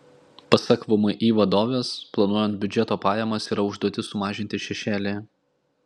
pasak vmi vadovės planuojant biudžeto pajamas yra užduotis sumažinti šešėlį